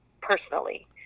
personally